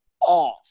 off